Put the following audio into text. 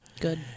Good